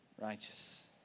righteous